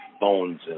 bones